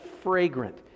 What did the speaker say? fragrant